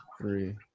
three